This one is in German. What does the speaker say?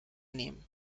nehmen